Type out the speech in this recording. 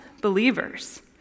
believers